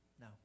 No